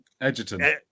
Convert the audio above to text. Edgerton